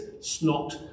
snot